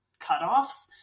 cutoffs